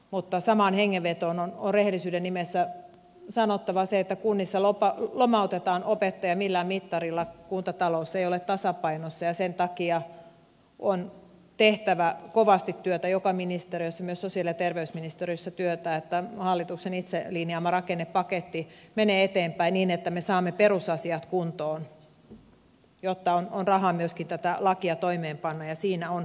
mutta samaan hengenvetoon on rehellisyyden nimissä sanottava se että kunnissa lomautetaan opettajia millään mittarilla kuntatalous ei ole tasapainossa ja sen takia on tehtävä kovasti työtä joka ministeriössä myös sosiaali ja terveysministeriössä että hallituksen itse linjaama rakennepaketti menee eteenpäin niin että me saamme perusasiat kuntoon jotta on rahaa myöskin tätä lakia toimeenpanna ja siinä on todellakin paljon tehtävää